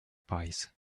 pies